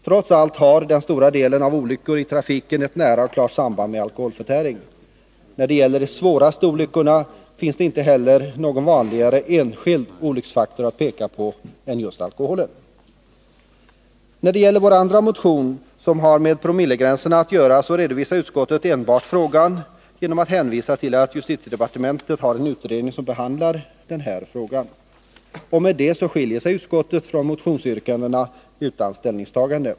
Trots allt har huvuddelen av olyckorna i trafiken ett nära och klart samband med alkoholförtäring. När det gäller de svåraste olyckorna finns det inte heller någon vanligare enskild olycksfaktor att peka på än just alkoholen. När det gäller vår andra motion, som har med promillegränserna att göra, redovisar utskottet frågan genom att enbart hänvisa till att justitiedepartementet har en utredning som behandlar denna fråga. Därmed skiljer sig utskottet från motionsyrkandena utan att ta ställning.